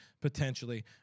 potentially